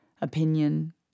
opinion